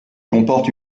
comporte